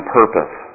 purpose